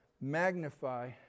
magnify